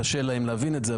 קשה להם להבין את זה,